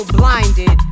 blinded